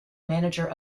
manager